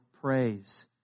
praise